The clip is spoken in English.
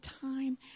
time